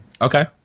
Okay